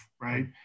right